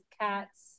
cats